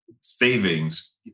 savings